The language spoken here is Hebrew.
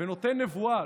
ונותן נבואה,